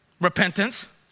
repentance